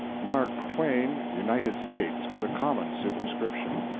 mark twain, united states, was a common superscription.